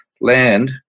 land